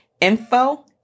info